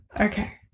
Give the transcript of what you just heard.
Okay